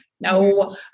No